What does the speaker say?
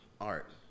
Art